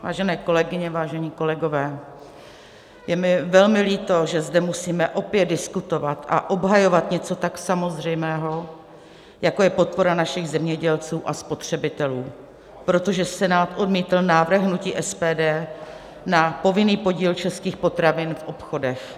Vážené kolegyně, vážení kolegové, je mi velmi líto, že zde musíme opět diskutovat a obhajovat něco tak samozřejmého, jako je podpora našich zemědělců a spotřebitelů, protože Senát odmítl návrh hnutí SPD na povinný podíl českých potravin v obchodech.